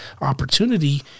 opportunity